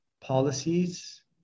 policies